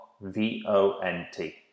V-O-N-T